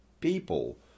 people